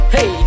Hey